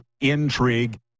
intrigue